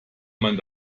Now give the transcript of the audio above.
man